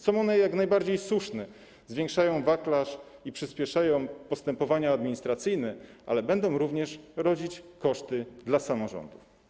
Są one jak najbardziej słuszne, zwiększają wachlarz i przyspieszają postępowanie administracyjne, ale będą również rodzić koszty dla samorządów.